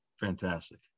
Fantastic